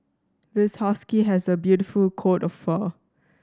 this husky has a beautiful coat of fur